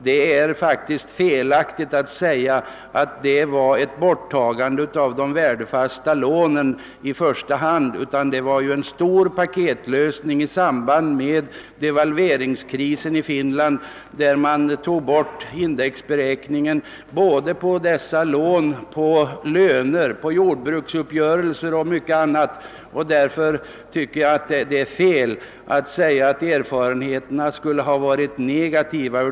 Det är felaktigt att säga att avtalet i första hand innebar ett borttagande av de värdefasta lånen. Det var fråga om en stor paketlösning i samband med devalveringskrisen i Finland, och man tog visserligen bort indexberäkningen på lånen men detsamma gällde även löner, jordbrukspriser och mycket annat. Jag tycker därför det är oriktigt att säga att erfarenheterna ur denna synpunkt har varit negativa.